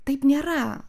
taip nėra